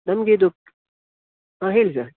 ನನಗಿದು ಹಾಂ ಹೇಳಿ ಸರ್